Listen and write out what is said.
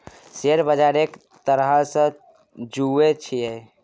share बजार एक तरहसँ जुऐ छियै